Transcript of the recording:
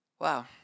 wow